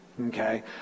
Okay